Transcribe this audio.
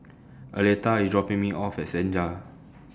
Aleta IS dropping Me off At Senja